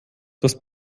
das